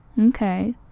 Okay